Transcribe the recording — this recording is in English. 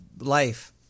life